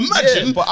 imagine